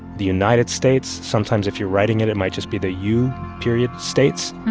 the united states. sometimes if you're writing it, it might just be the u period states.